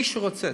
מי שרוצה,